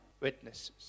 witnesses